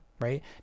right